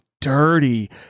dirty